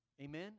Amen